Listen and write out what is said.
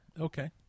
Okay